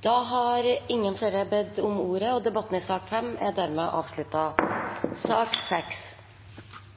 Flere har ikke bedt om ordet til sak nr. 5. Etter ønske fra arbeids- og